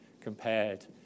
compared